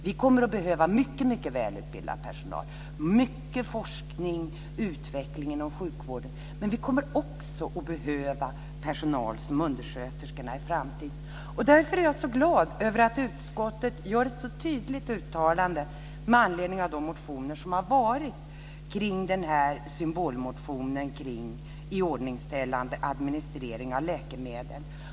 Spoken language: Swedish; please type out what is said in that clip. Vi kommer att behöva mycket välutbildad personal och mycket forskning och utveckling inom sjukvården, men vi kommer också att behöva personal som undersköterskorna i framtiden. Därför är jag så glad över att utskottet gör ett så tydligt uttalande med anledning av de motioner som har väckts kring denna symbolmotion om iordningställande och administrering av läkemedel.